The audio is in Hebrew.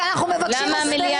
למה?